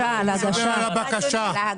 הוא מדבר על הבקשה.